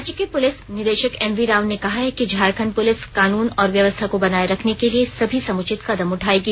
राज्य के पुलिस महानिदेशक एमवीराव ने कहा है कि झारखंड पुलिस कानून और व्यवस्था को बनाए रखने के लिए सभी समुचित कदम उठाएगी